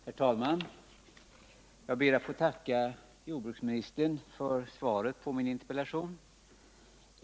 Herr talman! Jag ber att få tacka jordbruksministern för svaret på min interpellation.